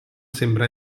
sembra